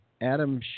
Adam